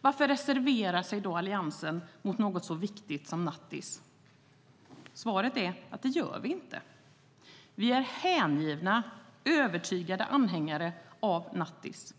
Varför reserverar sig då Alliansen mot något så viktigt som nattis? Svaret är att det gör vi inte. Vi är hängivna, övertygade anhängare av nattis.